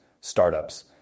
startups